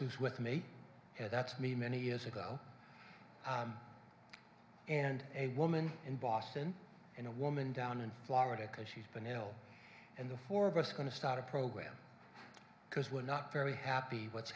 who's with me and that's me many years ago and a woman in boston and a woman down in florida because she's been ill and the four of us going to start a program because we're not very happy what's